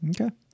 Okay